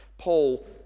Paul